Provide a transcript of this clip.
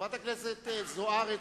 חברת הכנסת זוארץ,